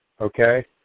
Okay